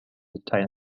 detail